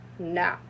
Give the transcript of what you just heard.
No